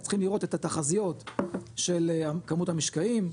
אנחנו צריכים לראות את התחזיות של כמות המשקעים,